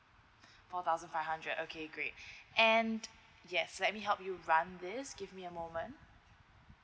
four thousand five hundred okay great and yes let me help you run this give me a moment